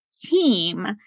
team